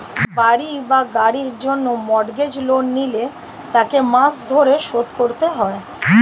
বাড়ি বা গাড়ির জন্য মর্গেজ লোন নিলে তাকে মাস ধরে শোধ করতে হয়